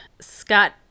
Scott